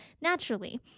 naturally